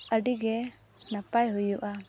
ᱟᱹᱰᱤᱜᱮ ᱱᱟᱯᱟᱭ ᱦᱩᱭᱩᱜᱼᱟ